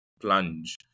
plunge